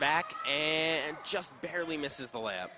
back and just barely misses the la